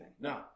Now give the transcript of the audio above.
No